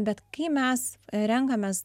bet kai mes renkamės